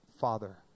father